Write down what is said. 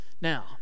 Now